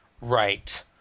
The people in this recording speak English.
right